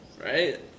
right